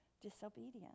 disobedience